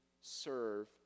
serve